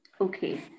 Okay